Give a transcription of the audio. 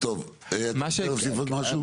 עוד משהו?